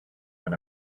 when